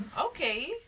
Okay